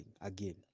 again